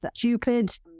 Cupid